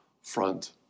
front